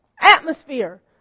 atmosphere